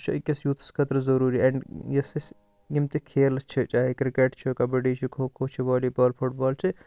سُہ چھُ أکِس یوٗتھَس خٲطرٕ ضروری اینٛڈ یُس اسہِ یِم تہِ کھیلہٕ چھِ چاہے کِرکیٹ چھُ کَبَڈی چھُ کھو کھو چھُ والی بال فُٹ بال چھِ